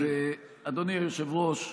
אדוני היושב-ראש,